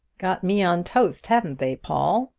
got me on toast, haven't they, paul?